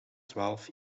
twaalf